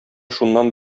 шуннан